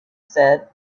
said